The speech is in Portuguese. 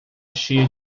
cheia